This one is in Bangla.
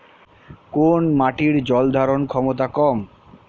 কোন মাটির জল ধারণ ক্ষমতা কম?